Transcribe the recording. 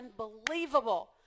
unbelievable